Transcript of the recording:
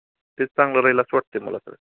ते चांगलं राहील असं वाटत आहे मला